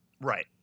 Right